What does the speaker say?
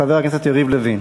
חבר הכנסת יריב לוין.